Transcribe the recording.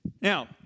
Now